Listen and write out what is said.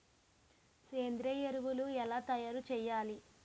సేంద్రీయ ఎరువులు ఎలా తయారు చేయాలి?